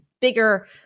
bigger